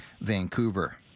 Vancouver